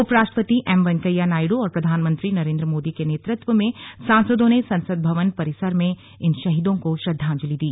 उपराष्ट्रपति एम वेंकैया नायडू और प्रधानमंत्री नरेन्द्र मोदी के नेतृत्व में सांसदों ने संसद भवन परिसर में इन शहीदों को श्रद्धांजलि दी